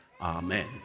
Amen